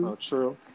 True